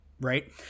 right